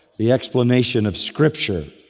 the explanation of scripture.